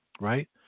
right